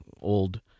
old